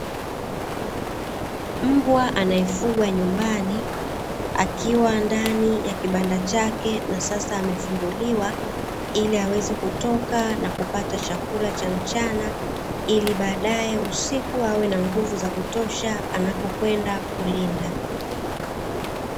Mbwa anayefugwa nyumbani akiwa ndani ya kibanda chake na sasa amefunguliwa ili aweze kutoka na kupata chakula cha mchana, ili baadaye usiku awe na nguvu za kutosha anapokwenda kulinda.